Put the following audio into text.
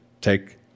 take